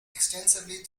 extensively